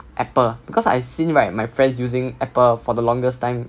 Apple because I've seen right my friends using Apple for the longest time